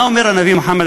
מה אומר הנביא מוחמד,